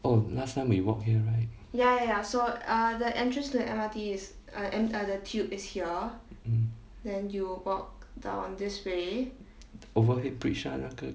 oh last time we walk here right mm overhead bridge lah 那个